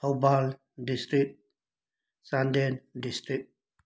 Thoubal district Chandel district